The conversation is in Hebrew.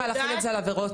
להחיל את זה על עבירות מין.